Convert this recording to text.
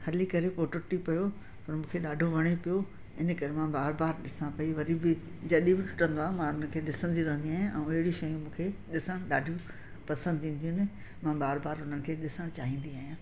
हली करे पोइ टुटी पियो पर मूंखे ॾाढो वणे पियो इन करे मां बार बार ॾिसा पई वरी बि जॾहिं बि टुटंदो आहे मां उन खे ॾिसंदी रहंदी आहियां ऐं अहिड़ी शयूं मूंखे ॾिसणु ॾाढियूं पसंदि ईंदियूं आहिनि मां बार बार उन्हनि खे ॾिसणु चाहिंदी आहियां